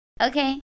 okay